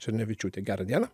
černevičiūtė gera diena